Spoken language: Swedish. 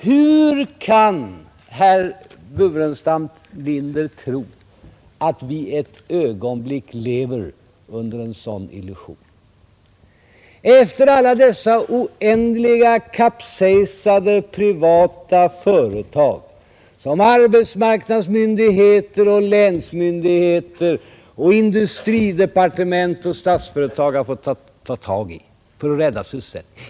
Hur kan herr Burenstam Linder tro att vi ett ögonblick lever under en sådan illusion efter alla dessa ordentligt kapsejsade privata företag som arbetsmarknadsmyndigheter, länsmyndigheter, industridepartement och Statsföretag har fått ta tag i för att rädda sysselsättningen?